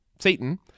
Satan